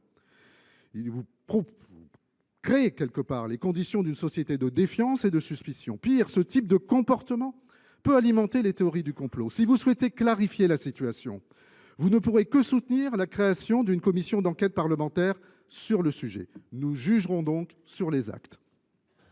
en quelque sorte, les conditions d’une société de défiance et de suspicion. Pis, ce type de comportement peut alimenter les théories du complot. Si vous souhaitez clarifier la situation, vous ne pourrez que soutenir la création d’une commission d’enquête parlementaire sur le sujet. Nous jugerons donc sur les actes.